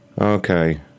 Okay